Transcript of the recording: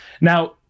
Now